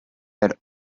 had